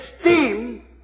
steam